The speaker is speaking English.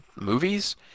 movies